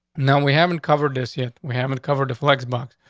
no, um we haven't covered this yet. we haven't covered the flex box,